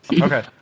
Okay